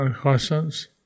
questions